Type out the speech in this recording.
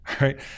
right